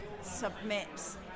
submits